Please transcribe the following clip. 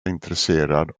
intresserad